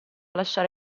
lasciare